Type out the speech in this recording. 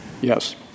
Yes